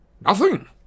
nothing